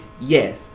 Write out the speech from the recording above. yes